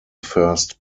first